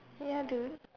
ya dude